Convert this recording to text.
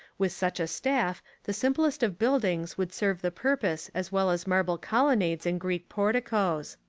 with such a staff the simplest of buildings would serve the purpose as well as marble colonnades and greek porticos.